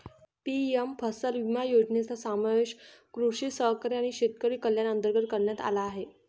PM फसल विमा योजनेचा समावेश कृषी सहकारी आणि शेतकरी कल्याण अंतर्गत करण्यात आला आहे